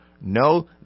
No